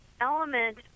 element